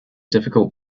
difficult